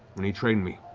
and he'd train me.